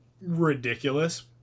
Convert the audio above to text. ridiculous